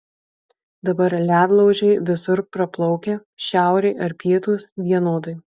dabar ledlaužiai visur praplaukia šiaurė ar pietūs vienodai